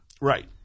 Right